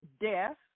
death